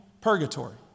purgatory